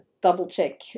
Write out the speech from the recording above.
Double-check